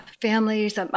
families